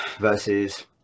versus